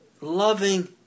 loving